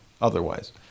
otherwise